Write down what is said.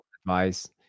advice